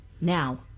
Now